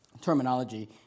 terminology